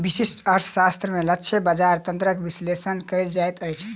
व्यष्टि अर्थशास्त्र में लक्ष्य बजार तंत्रक विश्लेषण कयल जाइत अछि